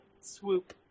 swoop